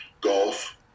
golf